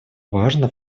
важно